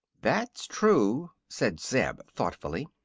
that's true, said zeb, thoughtfully.